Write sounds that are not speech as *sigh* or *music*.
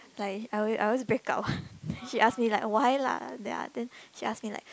like I always I always break up what *breath* she asks me like why lah then then she asks me like